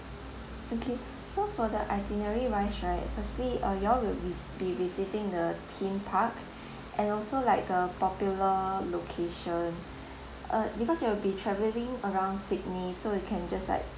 okay so for the itinerary wise right firstly uh you all will be be visiting the theme park and also like the popular location uh because you'll be travelling around sydney so you can just like